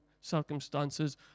circumstances